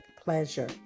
pleasure